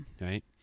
right